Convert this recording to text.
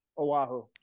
Oahu